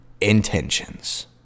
intentions